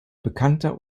bekannter